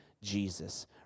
Jesus